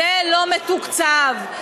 לא מתוקצב,